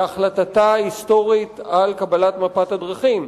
בהחלטתה ההיסטורית על קבלת מפת הדרכים,